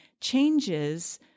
changes